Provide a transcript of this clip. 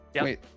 Wait